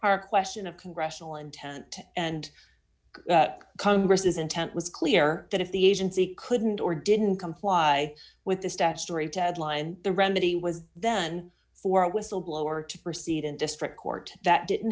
are question of congressional intent and congress intent was clear that if the agency couldn't or didn't comply with the statutory deadline the remedy was then for a whistleblower to proceed in district court that didn't